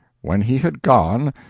when he had gone,